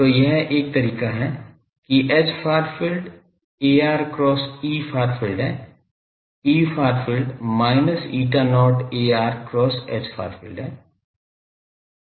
तो यह एक और तरीका है कि Hfar field ar cross Efar field है Efar field minus eta not ar cross Hfar field है